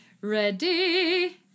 Ready